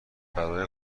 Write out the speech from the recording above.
برای